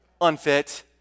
Unfit